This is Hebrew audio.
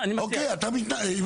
אפשר להציע דבר אחר.